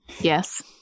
Yes